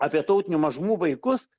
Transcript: apie tautinių mažumų vaikus